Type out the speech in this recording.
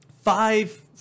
five